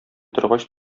торгач